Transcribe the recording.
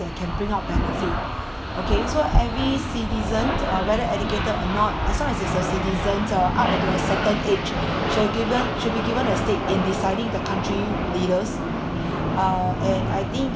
that can bring out benefit okay so every citizen uh whether educated or not as long as it's a citizen uh up to a certain age should be given should be given a say in deciding the country leaders uh and I think